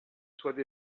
soient